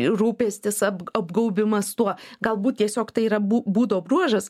ir rūpestis apgaubimas tuo galbūt tiesiog tai yra būdo bruožas